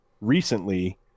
recently